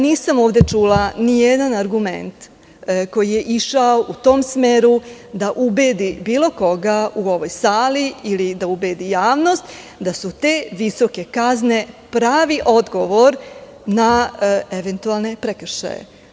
Nisam ovde čula nijedan argument koji je išao u tom smeru, da ubedi bilo koga u ovoj sali ili da ubedi javnost da su te visoke kazne pravi odgovor na eventualne prekršaje.